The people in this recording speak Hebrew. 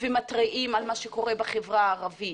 ומתריעות על מה שקורה בחברה הערבית,